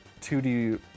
2D